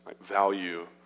value